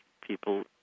people